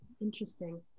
interesting